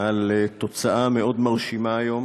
על תוצאה מאוד מרשימה היום